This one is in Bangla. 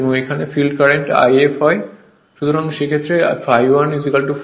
সুতরাং সেই ক্ষেত্রে ∅1 ∅ 2 ∅ হবে